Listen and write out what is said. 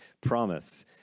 promise